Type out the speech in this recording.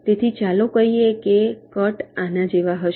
તેથી ચાલો કહીએ કે કટ આના જેવા છે